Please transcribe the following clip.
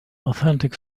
authentic